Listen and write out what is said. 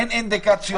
אין אינדיקציות.